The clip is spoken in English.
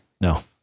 no